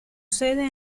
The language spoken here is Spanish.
sede